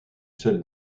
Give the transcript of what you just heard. celle